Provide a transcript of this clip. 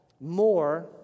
more